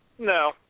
No